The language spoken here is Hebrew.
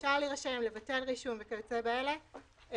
כבר הרע במיעוטו, זה ה-second best.